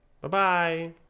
Bye-bye